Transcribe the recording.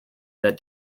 that